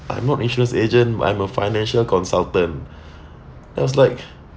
I am not insurance agent I'm a financial consultant I was like